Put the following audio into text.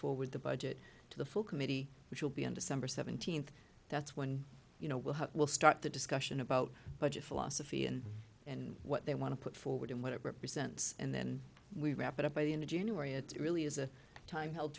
forward the budget to the full committee which will be on december seventeenth that's when you know we'll have we'll start the discussion about budget philosophy and and what they want to put forward and what it represents and then we wrap it up by the end of january it really is a time held